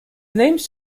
names